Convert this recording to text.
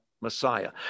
Messiah